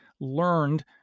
learned